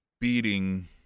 beating